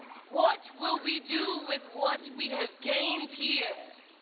what will we do with what we have gained here?